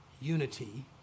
unity